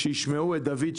שישמעו את דוד,